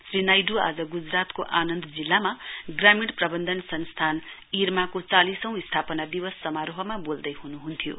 श्री नाइडू आज ग्जरातको आनन्द जिल्लामा ग्रामीण प्रबन्ध संस्थानइरमाको चालिसौं स्थापना दिवस समारोहमा बोल्दैहनुहुन्थ्यो